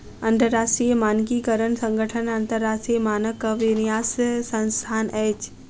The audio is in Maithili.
अंतरराष्ट्रीय मानकीकरण संगठन अन्तरराष्ट्रीय मानकक विन्यास संस्थान अछि